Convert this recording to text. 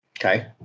Okay